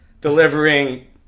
delivering